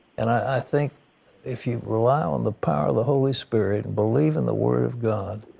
and i think if you rely on the power of the holy spirit, believe in the word of god,